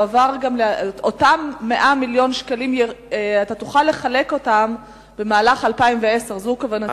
אם תוכל לחלק את אותם 100 מיליון השקלים במהלך 2010. זו כוונתי.